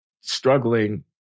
struggling